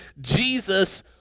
Jesus